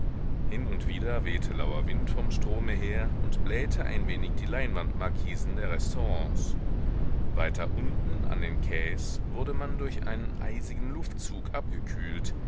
hin und wieder wehte lauer wind vom strome her und blähte ein wenig die leinwandmarkisen der restaurants weiter unten an den kais wurde man durch einen eisigen luftzug abgekühlt